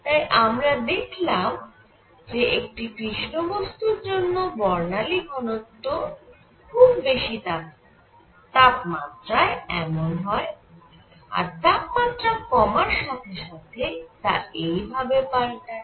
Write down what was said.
তাই আমরা দেখলাম যে একটি কৃষ্ণ বস্তুর জন্য বর্ণালী ঘনত্ব খুব বেশি তাপমাত্রায় এমন হয় আর তাপমাত্রা কমার সাথে সাথে তা এই ভাবে পাল্টায়